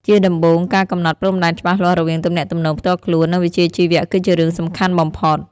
ជាដំបូង ការកំណត់ព្រំដែនច្បាស់លាស់រវាងទំនាក់ទំនងផ្ទាល់ខ្លួន និងវិជ្ជាជីវៈគឺជារឿងសំខាន់បំផុត។